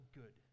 good